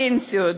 פנסיות,